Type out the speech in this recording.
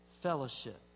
fellowship